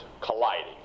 colliding